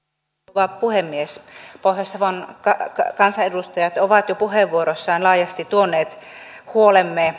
rouva puhemies pohjois savon kansanedustajat ovat jo puheenvuoroissaan laajasti tuoneet huolemme oikeuspalvelujen